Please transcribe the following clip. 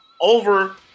over